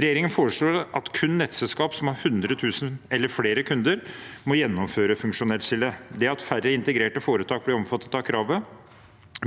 Regjeringen foreslår at kun nettselskaper som har 100 000 eller flere kunder, må gjennomføre funksjonelt skille. Det at færre integrerte foretak blir omfattet av kravet,